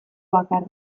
bakarra